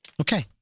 Okay